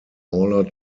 oiler